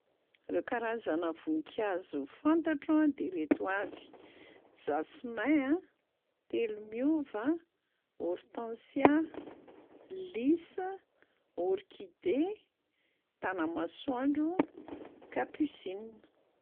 Reo karazana voninkazo fantatro a de reto avy: jasmin a, telomiova, hortensia, lys, orchidées, tanamasoandro, capucines.